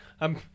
I'm-